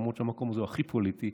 למרות שהמקום הזה הוא הכי פוליטי.